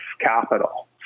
capital